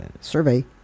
survey